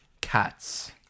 Cats